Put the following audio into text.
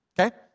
Okay